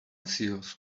seals